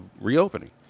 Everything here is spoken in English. reopening